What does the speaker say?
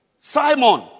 Simon